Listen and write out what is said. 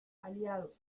aliados